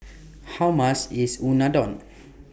How much IS Unadon